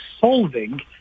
solving